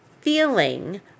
feeling